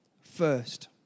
first